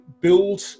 build